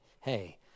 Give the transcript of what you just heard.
hey